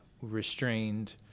restrained